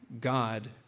God